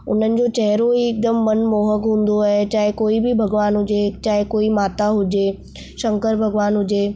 हुनजो चहिरो ई हिकदमि मनमोहकु हूंदो आहे चाहे कोई बि भॻवान हुजे चाहे कोई माता हुजे शंकर भॻवान हुजे